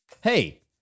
Hey